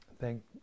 Thank